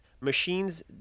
machines